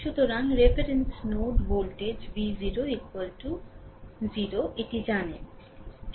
সুতরাং reference node voltage v 0 0 এটি জানেন